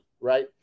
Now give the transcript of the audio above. right